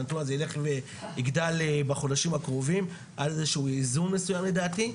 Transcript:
הנתון הזה ילך ויגדל בחודשים הקרובים עד איזשהו איזון מסוים לדעתי,